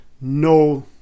no